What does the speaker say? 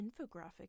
infographic